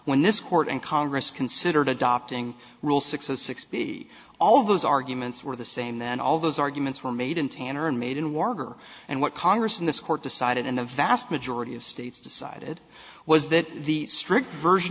when this court and congress considered adopting rule six zero six b all those arguments were the same then all those arguments were made in tanner and made in war and what congress and this court decided and the vast majority of states decided was that the strict version